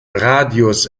radius